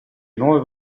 nuove